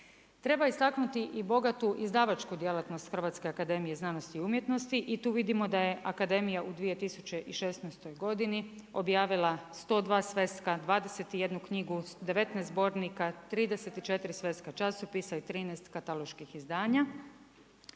Treba istaknuti i bogatu izdavačku djelatnost HAZU i tu vidimo da je akademija u 2016. godini objavila 102 sveska, 21 knjigu, 19 zbornika, 34 sveska časopisa i 13 kataloških izdanja.